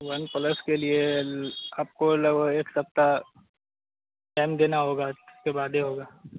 one plus के लिए आपको लगभग एक सप्ताह टाइम देना होगा उसके बाद ही होगा